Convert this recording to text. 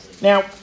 Now